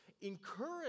encourage